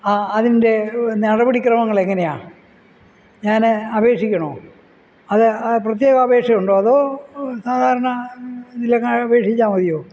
ആ അതിൻ്റെ നടപടി ക്രമങ്ങൾ എങ്ങനെയാണ് ഞാൻ അപേക്ഷിക്കണോ അത് പ്രത്യേക അപേക്ഷ ഉണ്ടോ അതോ സാധാരണ ഇതിൽ അങ്ങ് അപേക്ഷിച്ചാൽ മതിയോ